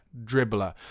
dribbler